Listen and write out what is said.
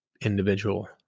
individual